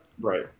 right